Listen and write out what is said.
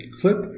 clip